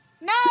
no